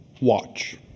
watch